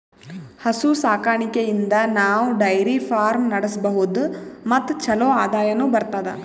ಹಸು ಸಾಕಾಣಿಕೆಯಿಂದ್ ನಾವ್ ಡೈರಿ ಫಾರ್ಮ್ ನಡ್ಸಬಹುದ್ ಮತ್ ಚಲೋ ಆದಾಯನು ಬರ್ತದಾ